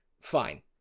fine